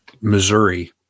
Missouri